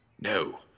No